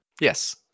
Yes